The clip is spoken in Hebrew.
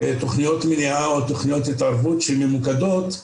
תוכניות מניעה או תוכניות התערבות שממוקדות לסיבות.